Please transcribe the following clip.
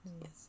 yes